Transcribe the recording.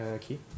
key